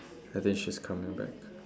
I think she's coming back